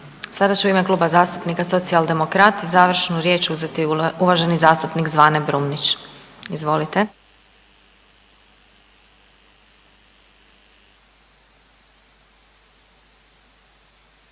Sada će u ime Kluba zastupnika Socijaldemokrata završnu riječ uzeti uvaženi zastupnik Zvane Brumnić. Izvolite.